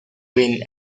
wynn